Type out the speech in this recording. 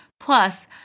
Plus